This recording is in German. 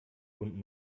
und